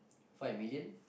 five million